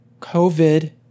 COVID